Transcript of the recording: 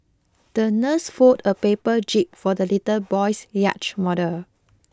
the nurse folded a paper jib for the little boy's yacht model